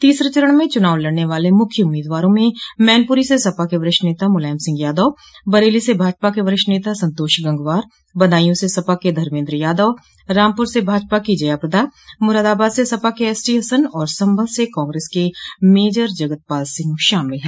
तीसरे चरण में चुनाव लड़ने वाले मुख्य उम्मीदवारों में मैनपुरी से सपा के वरिष्ठ नेता मुलायम सिंह यादव बरेली से भाजपा के वरिष्ठ नता संतोष गंगवार बदायूं से सपा के धर्मेन्द्र यादव रामपुर से भाजपा की जया प्रदा मुरादाबाद से सपा के एसटी हसन और संभल से कांग्रेस के मेजर जगतपाल सिंह शामिल है